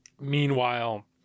meanwhile